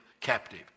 captive